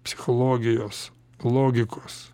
psichologijos logikos